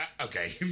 okay